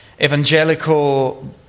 evangelical